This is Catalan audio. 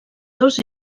dos